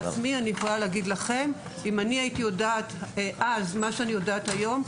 אם אני הייתי יודעת אז מה שאני יודעת היום,